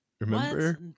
Remember